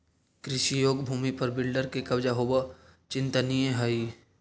कृषियोग्य भूमि पर बिल्डर के कब्जा होवऽ चिंतनीय हई